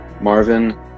Marvin